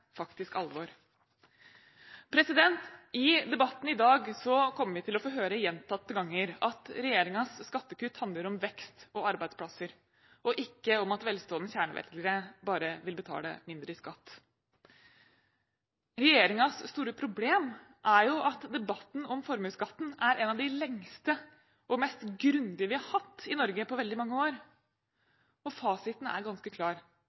faktisk alvor. I debatten i dag kommer vi til å få høre gjentatte ganger at regjeringens skattekutt handler om vekst og arbeidsplasser, og ikke om at velstående kjernevelgere bare vil betale mindre i skatt. Regjeringens store problem er at debatten om formuesskatten er en av de lengste og mest grundige vi har hatt i Norge på veldig mange år, og fasiten er ganske klar.